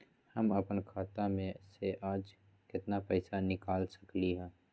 हम अपन खाता में से आज केतना पैसा निकाल सकलि ह?